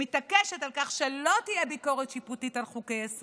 שמתעקשת על כך שלא תהיה ביקורת שיפוטית על חוקי-יסוד,